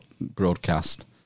broadcast